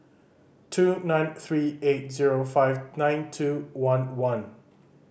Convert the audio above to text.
two nine three eight zero five nine two one one